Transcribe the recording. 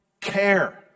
care